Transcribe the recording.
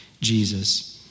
Jesus